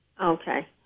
Okay